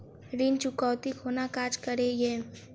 ऋण चुकौती कोना काज करे ये?